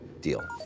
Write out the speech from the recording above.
Deal